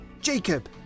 Jacob